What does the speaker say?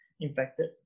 infected